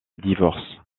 divorce